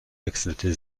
wechselte